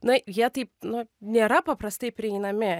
na jie taip nu nėra paprastai prieinami